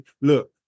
look